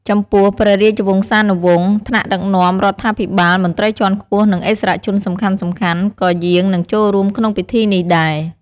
ចំពោះ ព្រះរាជវង្សានុវង្ស ថ្នាក់ដឹកនាំរដ្ឋាភិបាល មន្ត្រីជាន់ខ្ពស់ និងឥស្សរជនសំខាន់ៗ ក៏យាង និងចូលរួមក្នុងពិធីនេះដែរ។